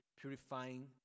purifying